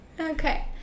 Okay